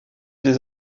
des